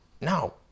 No